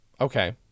Okay